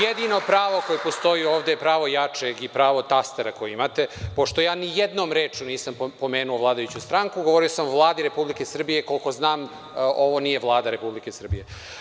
Jedino pravo koje postoje ovde je pravo jačeg i pravo tastera koji imate, pošto ja nijednom rečju nisam pomenuo vladajuću stranku, govorio sam o Vladi Republike Srbije, a koliko znam ovo nije Vlada Republike Srbije.